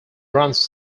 runs